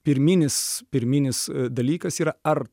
pirminis pirminis dalykas yra ar